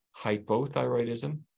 hypothyroidism